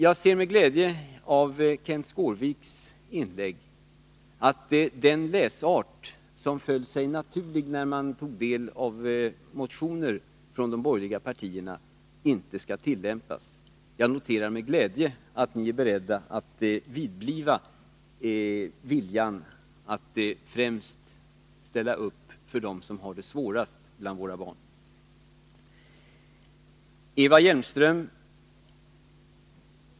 Jag ser med glädje att det av Kenth Skårviks inlägg framgår att den läsart som föll sig naturlig när man tog del av motioner från de borgerliga partierna inte skall tillämpas. Jag noterar med tillfredsställelse att ni är beredda att vidbliva viljan att främst ställa upp för dem som har det svårast bland våra barn. Eva Hjelmström!